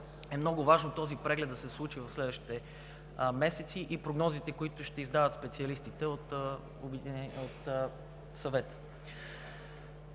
е много важно този преглед да се случи в следващите месеци и прогнозите, които ще издават специалистите от Съвета.